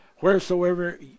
Wheresoever